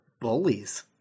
Bullies